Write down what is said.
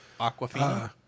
aquafina